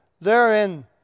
therein